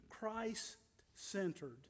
Christ-centered